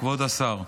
כבוד השר,